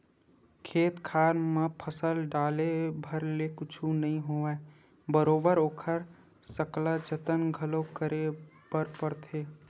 खेत खार म फसल डाले भर ले कुछु नइ होवय बरोबर ओखर सकला जतन घलो करे बर परथे